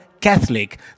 Catholic